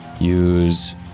use